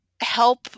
help